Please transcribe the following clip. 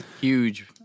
huge